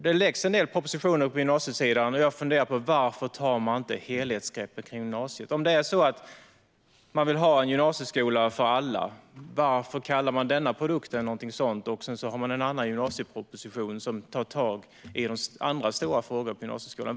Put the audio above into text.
Det läggs fram en del propositioner på gymnasiesidan, och jag funderar över varför man inte tar ett helhetsgrepp om gymnasiet. Om man vill ha en gymnasieskola för alla, varför kallar man denna produkt för något sådant men sedan finns en annan gymnasieproposition som tar tag i andra stora frågor på gymnasieskolan?